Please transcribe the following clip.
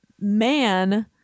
man